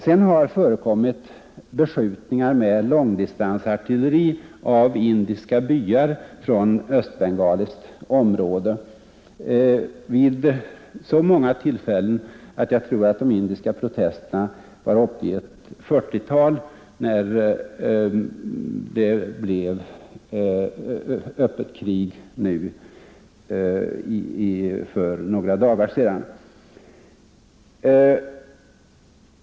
Sedan har det förekommit beskjutningar med långdistansartilleri av indiska byar från östbengaliskt område vid så många tillfällen att jag tror att de indiska protesterna var uppe i ett 40-tal när det blev öppet krig för några dagar sedan.